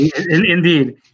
indeed